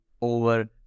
over